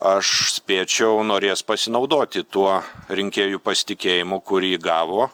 aš spėčiau norės pasinaudoti tuo rinkėjų pasitikėjimu kurį gavo